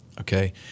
okay